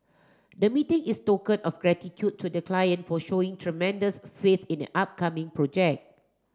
the meeting is token of gratitude to the client for showing tremendous faith in a upcoming project